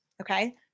Okay